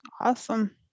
Awesome